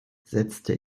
setzte